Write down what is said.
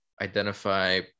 identify